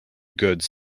goods